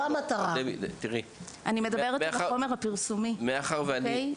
אבל אני מדברת על החומר הפרסומי, אוקיי?